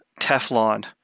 Teflon